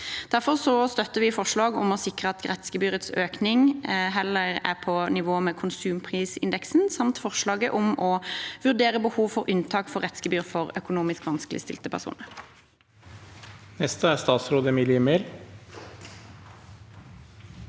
Derfor støtter vi forslaget om å sikre at rettsgebyrets økning heller er på nivå med konsumprisindeksen, samt forslaget om å vurdere behovet for unntak for rettsgebyr for økonomisk vanskeligstilte personer.